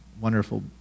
wonderful